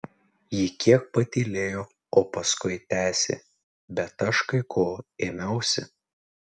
ji kiek patylėjo o paskui tęsė bet aš kai ko ėmiausi